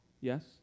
Yes